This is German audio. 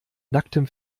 nacktem